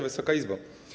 Wysoka Izbo!